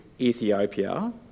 Ethiopia